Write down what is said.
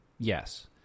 Yes